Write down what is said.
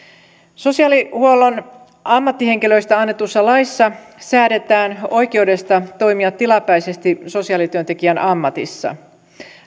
sosiaalihuollon ammattihenkilöistä annetussa laissa säädetään oikeudesta toimia tilapäisesti sosiaalityöntekijän ammatissa